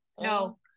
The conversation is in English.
No